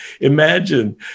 imagine